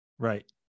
Right